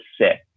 sick